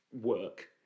work